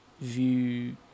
view